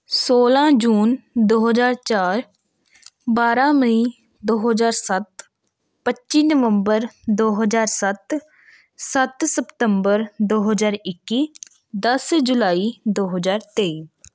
ਸੌਲ੍ਹਾਂ ਜੂਨ ਦੋ ਹਜ਼ਾਰ ਚਾਰ ਬਾਰ੍ਹਾਂ ਮਈ ਦੋ ਹਜ਼ਾਰ ਸੱਤ ਪੱਚੀ ਨਵੰਬਰ ਦੋ ਹਜ਼ਾਰ ਸੱਤ ਸੱਤ ਸਪਤੰਬਰ ਦੋ ਹਜ਼ਾਰ ਇੱਕੀ ਦਸ ਜੁਲਾਈ ਦੋ ਹਜ਼ਾਰ ਤੇਈ